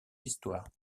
histoires